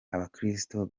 abakristo